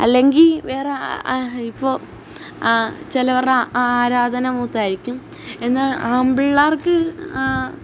അല്ലെങ്കിൽ വേറെ ഇപ്പോൾ ആ ചിലവരുടെ ആരാധന മൂത്തായിരിക്കും എന്നാൽ ആൺപിള്ളേർക്ക്